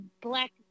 black